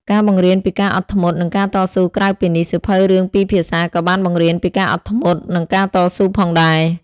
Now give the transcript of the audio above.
ការបង្រៀនពីការអត់ធ្មត់ និងការតស៊ូក្រៅពីនេះ សៀវភៅរឿងពីរភាសាក៏បានបង្រៀនពីការអត់ធ្មត់ និងការតស៊ូផងដែរ។